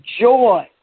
joy